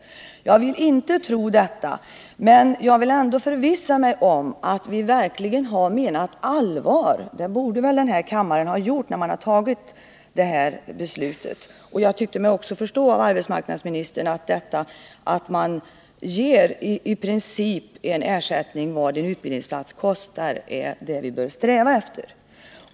Jag vill inte tro det, men jag vill ändå förvissa mig om att kammaren verkligen har menat allvar när den tog detta beslut. Jag tyckte mig också förstå av arbetsmarknadsministerns uttalande att det vi bör sträva efter är att i princip ge ersättning för vad en utbildningsplats kostar.